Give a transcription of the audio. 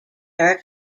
are